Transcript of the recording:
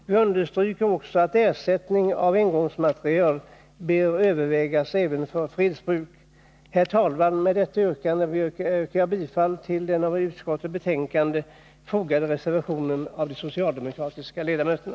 Vi understryker också att ersättning av engångsmateriel bör övervägas även för fredsbruk. Herr talman! Med detta yrkar jag bifall till den till utskottets betänkande fogade reservationen av de socialdemokratiska ledamöterna.